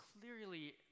clearly